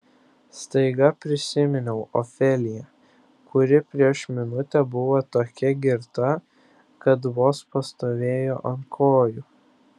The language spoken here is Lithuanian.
staiga prisiminiau ofeliją kuri prieš minutę buvo tokia girta kad vos pastovėjo ant kojų